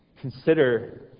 Consider